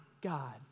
God